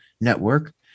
network